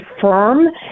firm